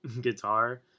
guitar